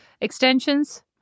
extensions